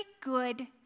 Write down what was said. good